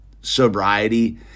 sobriety